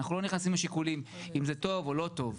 אנחנו לא נכנסים לשיקולים אם זה טוב או לא טוב.